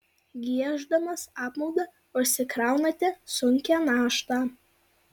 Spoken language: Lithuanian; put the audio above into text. gieždamas apmaudą užsikraunate sunkią naštą